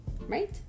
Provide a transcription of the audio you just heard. Right